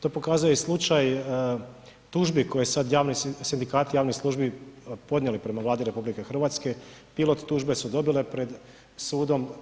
To pokazuje i slučaj tužbi koje sad, Sindikat javnih službi podnijeli prema Vladi RH, pilot tužbe su dobile pred sudom.